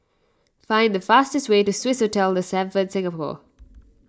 find the fastest way to Swissotel the Stamford Singapore